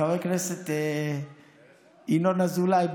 חבר הכנסת ינון אזולאי,